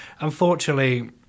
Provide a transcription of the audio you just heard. Unfortunately